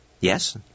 Yes